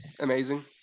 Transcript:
Amazing